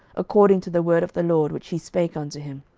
according to the word of the lord, which he spake unto him.